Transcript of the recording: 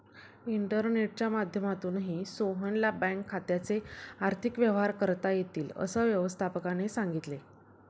इंटरनेटच्या माध्यमातूनही सोहनला बँक खात्याचे आर्थिक व्यवहार करता येतील, असं व्यवस्थापकाने सांगितले